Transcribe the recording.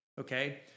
Okay